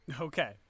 Okay